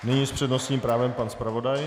Nyní s přednostním právem pan zpravodaj.